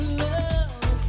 love